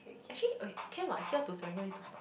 actually !oi! can what here to Serangoon need two stop